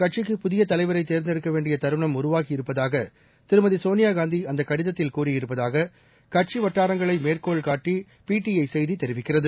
கட்சிக்கு புதியதலைவரைதேர்ந்தெடுக்கவேண்டியதருணம் அதில் உருவாகியிருப்பதாகதிருமதிசோனியாகாந்திஅந்தக் கடிதத்தில் கூறியிருப்பதாககட்சிவட்டாரங்களைமேற்கோள்காட்டிபிடிஐசெய்திதெரிவிக்கிறது